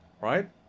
right